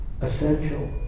essential